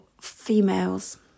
females